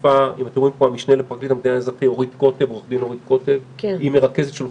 צריך להגיד שגם נשים יהודיות לא כל כך לצערי